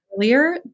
earlier